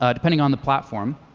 ah depending on the platform,